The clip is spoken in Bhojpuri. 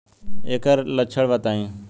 ऐकर लक्षण बताई?